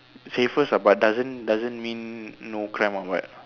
safest ah but doesn't doesn't mean no crime or what